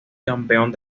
campeón